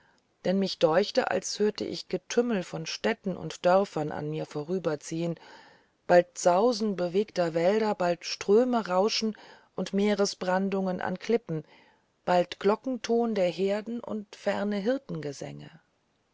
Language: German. denn mich deuchte ich hörte getümmel von städten und dörfern an mir vorüberziehen bald sausen bewegter wälder bald ströme rauschen und meeresbrandungen an klippen bald glockenton der herden und ferne